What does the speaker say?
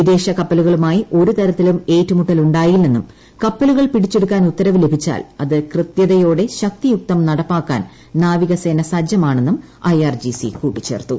വിദേശ കപ്പലുകളുമായി ഒരു തരത്തിലും ഏറ്റുമുട്ടലുണ്ടായില്ലെന്നും കപ്പലുകൾ പിടിച്ചെടുക്കാൻ ഉത്തരവ് ലഭിച്ചാൽ അത് കൃത്യതയോടെ ശക്തിയുക്തം നടപ്പാക്കാൻ നാവിക സേന സജ്ജമാണെന്നും ഐആർജിസി കൂട്ടിച്ചേർത്തു